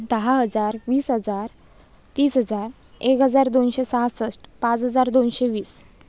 दहा हजार वीस हजार तीस हजार एक हजार दोनशे सहासष्ट पाच हजार दोनशे वीस